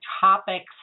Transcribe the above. topics